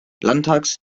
landtags